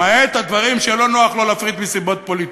למעט הדברים שלא נוח לו להפריט מסיבות פוליטיות: